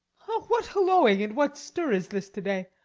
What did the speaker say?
what halloing and what stir is this to-day?